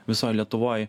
visoj lietuvoj